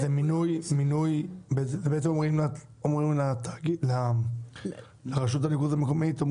בעצם אומרים לרשות הניקוז המקומית שהיא